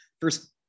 first